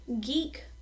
Geek